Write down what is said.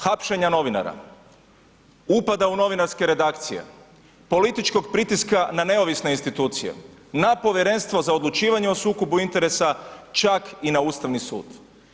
Hapšenja novinara, upada u novinarske redakcije, političkog pritiska na neovisne institucije, na Povjerenstvo za odlučivanje o sukobu interesa, čak i na Ustavni sud.